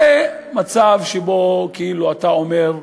זה מצב שבו כאילו אתה אומר: